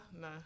no